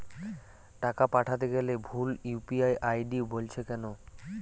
টাকা পাঠাতে গেলে ভুল ইউ.পি.আই আই.ডি বলছে কেনো?